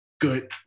good